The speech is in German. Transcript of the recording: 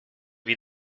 wie